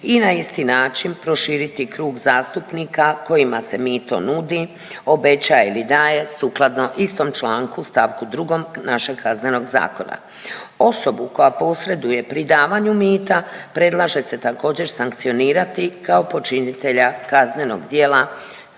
i na isti način proširiti klub zastupnika kojima se mito nudi, obećaje ili daje sukladno istom članku st. 2 našeg Kaznenog zakona. Osobu koja posreduje pri davanju mita predlaže se također, sankcionirati kao počinitelja kaznenog djela